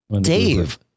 Dave